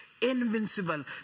invincible